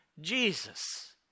Jesus